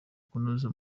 kunoza